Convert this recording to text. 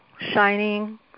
shining